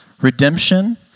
redemption